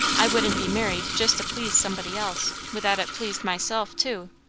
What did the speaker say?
i wouldn't be married just to please somebody else, without it pleased myself too.